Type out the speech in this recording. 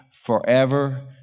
forever